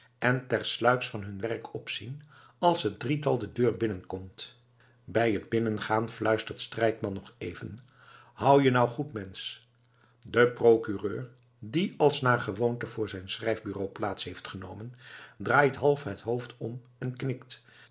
en tersluiks van hun werk opzien als het drietal de deur binnenkomt bij het binnengaan fluistert strijkman nog even hou je nou goed mensch de procureur die als naar gewoonte voor zijn schrijfbureau plaats heeft genomen draait half het hoofd om en knikt